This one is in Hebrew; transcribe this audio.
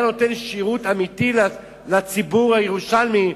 זה היה נותן שירות אמיתי לציבור הירושלמי,